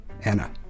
Anna